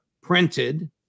printed